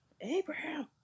Abraham